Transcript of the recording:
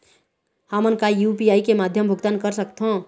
हमन का यू.पी.आई के माध्यम भुगतान कर सकथों?